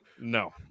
no